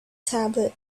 tablet